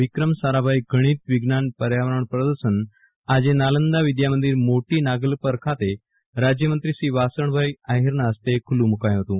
વિક્રમ સારાભાઈ ગણિત વિજ્ઞાન પર્યાવરણપ્રદર્શન કે આજે નાલંદા વિદ્યામંદિર મોટી નાગલપર ખાતે રાજયમંત્રી શ્રી વાસણભાઈ આહિરના હસ્તે ખુલ્લું મૂકાયું હતું